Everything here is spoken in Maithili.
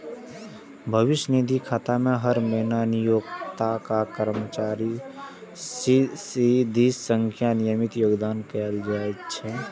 भविष्य निधि खाता मे हर महीना नियोक्ता आ कर्मचारी दिस सं नियमित योगदान कैल जाइ छै